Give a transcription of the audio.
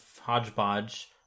hodgepodge